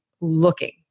looking